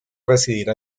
residir